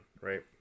right